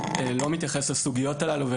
לא מתייחס לסוגיות הללו,